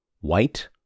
white